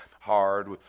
hard